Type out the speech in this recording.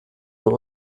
nur